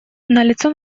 налицо